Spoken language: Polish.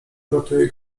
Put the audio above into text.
uratuje